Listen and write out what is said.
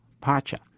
Pacha